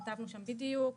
כתבנו שם בדיוק.